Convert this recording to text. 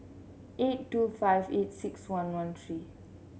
eight two five eight six one one three